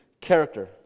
character